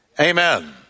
Amen